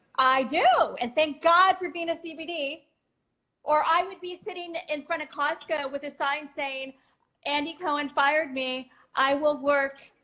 i do, and thank god for being a cbd or i would be sitting in front of costco with a sign saying andy cohen fired me i will work,